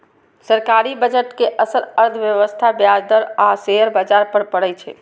सरकारी बजट के असर अर्थव्यवस्था, ब्याज दर आ शेयर बाजार पर पड़ै छै